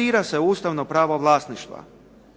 Bira se ustavno pravo vlasništva.